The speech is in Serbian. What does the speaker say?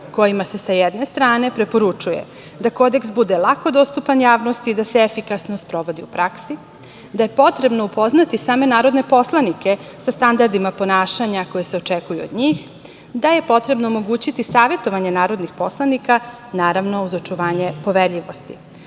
kojima se sa jedne strane preporučuje da Kodeks bude lako dostupan javnosti, da se efikasno sprovodi u praksi, da je potrebno upoznati same narodne poslanike sa standardima ponašanja koji se očekuju od njih, da je potrebno omogućiti savetovanje narodnih poslanika, naravno, uz očuvanje poverljivosti,